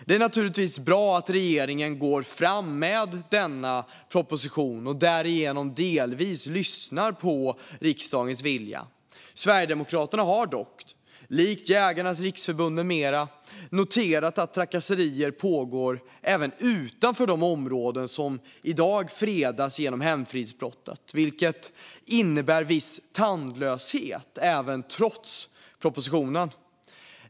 Det är naturligtvis bra att regeringen går fram med denna proposition och därigenom delvis lyssnar på riksdagens vilja. Sverigedemokraterna har dock, likt Jägarnas Riksförbund med flera, noterat att trakasserier pågår även utanför de områden som i dag fredas genom hemfridsbrottet, vilket innebär viss tandlöshet trots propositionen.